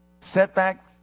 Setback